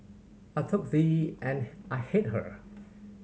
I took the and I hit her